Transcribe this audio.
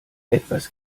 etwas